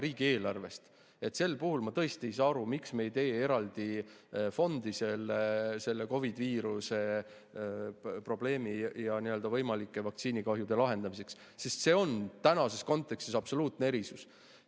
riigieelarvest. Sel puhul ma tõesti ei saa aru, miks me ei tee eraldi fondi selle COVID‑viiruse probleemi ja võimalike vaktsiinikahjude lahendamiseks, sest see on tänases kontekstis absoluutne erisus.